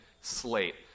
slate